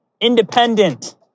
independent